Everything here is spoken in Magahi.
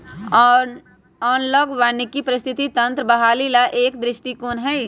एनालॉग वानिकी पारिस्थितिकी तंत्र के बहाली ला एक दृष्टिकोण हई